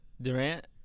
Durant